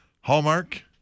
Hallmark